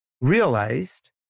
realized